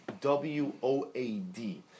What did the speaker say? W-O-A-D